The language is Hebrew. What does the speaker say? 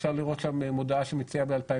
אפשר לראות שם מודעה שמציעה באלפיים